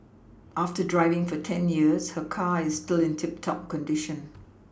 after driving for ten years her car is still in tip top condition